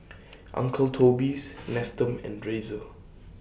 Uncle Toby's Nestum and Razer